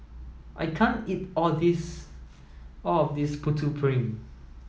I can't eat all this all of this Putu Piring